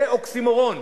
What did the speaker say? זה אוקסימורון.